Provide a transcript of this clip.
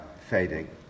fading